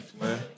man